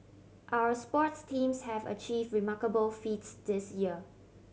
our sports teams have achieve remarkable feats this year